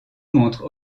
montre